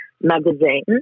magazine